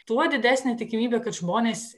tuo didesnė tikimybė kad žmonės